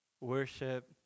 worship